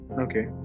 Okay